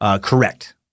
correct